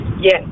Yes